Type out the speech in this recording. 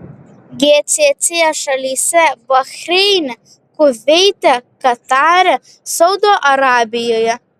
gcc šalyse bahreine kuveite katare saudo arabijoje